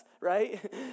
right